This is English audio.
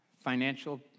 financial